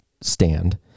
stand